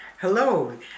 Hello